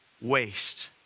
waste